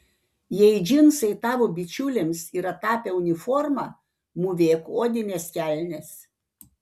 jei džinsai tavo bičiulėms yra tapę uniforma mūvėk odines kelnes